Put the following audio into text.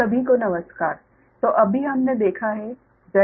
इसलिए हमने अभी इसको देखा है Zpu